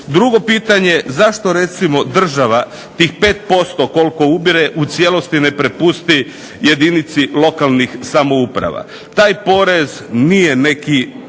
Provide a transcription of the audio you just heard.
Drugo pitanje, zašto recimo država tih 5% koliko ubire u cijelosti ne prepusti jedinici lokalnih samouprava. Taj porez nije neki